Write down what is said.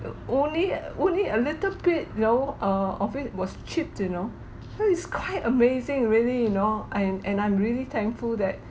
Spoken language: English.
only uh only a little bit you know err of it was chipped you know so is quite amazing really you know I am and I'm really thankful that